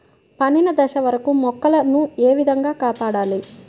పండిన దశ వరకు మొక్కల ను ఏ విధంగా కాపాడాలి?